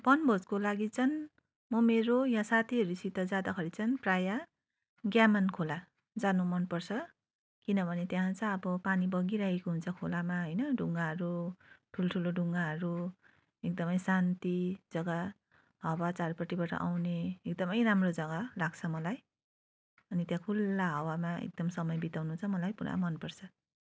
वनभोजको लागि चाहिँ म मेरो यहाँ साथीहरूसँग जाँदाखेरि चाहिँ प्रायः ग्यामन खोला जानु मनपर्छ किनभने त्यहा चाहिँ अब पानी बगिरहेको हुन्छ खोलामा होइन ढुङ्गाहरू ठुल ठुलो ढुङ्गाहरू एकदमै शान्ति जग्गा हावा चारपट्टिबाट आउने एकदमै राम्रो लाग्छ मलाई अनि त्यहाँ खुल्ला हावामा एकदम समय बिताउन चाहिँ मलाई पुरा मनपर्छ